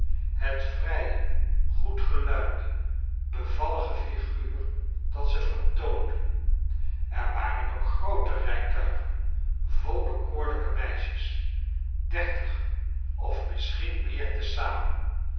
het vrije goed geluimde bevallige figuur dat ze vertoonden er waren ook groote rijtuigen vol bekoorlyke meisjes dertig of misschien meer te zamen